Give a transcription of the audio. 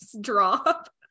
drop